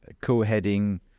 co-heading